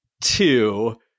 two